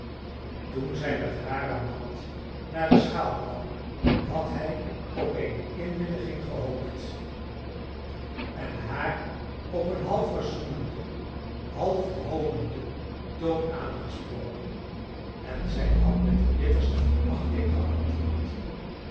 toen zij met hare mand naar de schaal kwam had hij op eene inwilliging gehoopt en haar op een halfverzoenenden halfhoonenden toon aangesproken en zij had met de bitterste verachting geantwoord